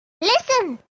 listen